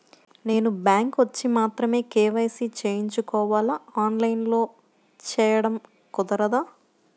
నేను బ్యాంక్ వచ్చి మాత్రమే కే.వై.సి చేయించుకోవాలా? ఆన్లైన్లో చేయటం కుదరదా?